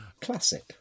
Classic